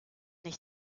nicht